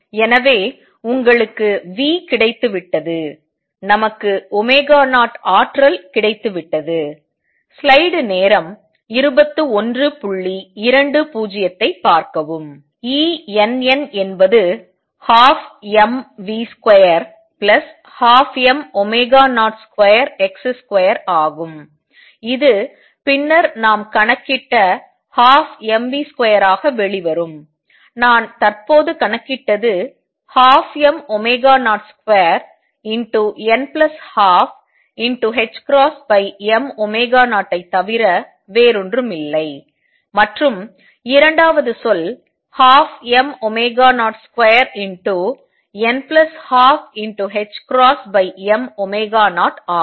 எனவே உங்களுக்கு v கிடைத்துவிட்டது நமக்கு 0 ஆற்றல் கிடைத்துவிட்டது Enn என்பது 12mv212m02x2 ஆகும் இது பின்னர் நாம் கணக்கிட்ட 12mv2 ஆக வெளிவரும் நான் தற்போது கணக்கிட்டது 12m02n12 m0 ஐ தவிர வேறொன்றுமில்லை மற்றும் இரண்டாவது சொல் 12mω02n12 ℏm0 ஆகும்